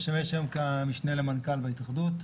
ואני משמש היום כמשנה למנכ"ל בהתאחדות,